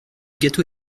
gâteau